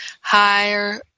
higher